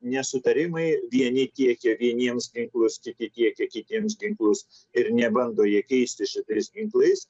nesutarimai vieni tiekia vieniems ginklus kiti tiekia kitiems ginklus ir nebando jie keistis šitais ginklais